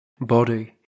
Body